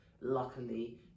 luckily